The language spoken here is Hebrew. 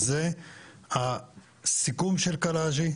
זה הסיכום של הקלעג'י,